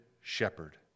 shepherd